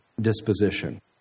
disposition